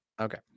okay